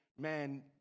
man